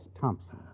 Thompson